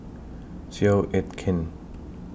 Seow Yit Kin